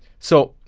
so,